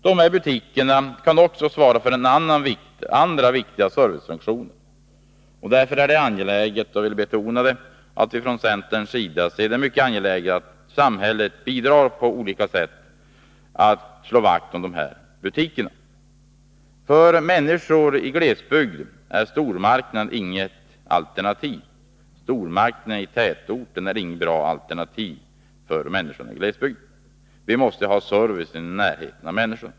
Dessa butiker kan också svara för andra viktiga servicefunktioner. Därför anser vi från centerns sida att det är mycket viktigt att samhället bidrar på olika sätt till att slå vakt om dessa butiker. För människorna i glesbygden är stormarknader i tätorterna inget bra alternativ. Vi måste ha service i närheten av människorna.